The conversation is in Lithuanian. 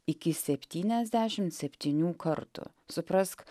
iki septyniasdešimt septynių kartų suprask